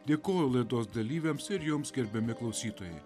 dėkojo laidos dalyviams ir jums gerbiami klausytojai